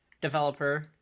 developer